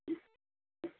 ம் ம்